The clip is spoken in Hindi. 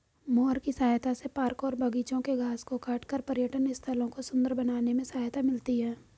मोअर की सहायता से पार्क और बागिचों के घास को काटकर पर्यटन स्थलों को सुन्दर बनाने में सहायता मिलती है